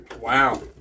Wow